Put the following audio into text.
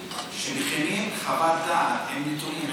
שמכינים חוות דעת עם נתונים,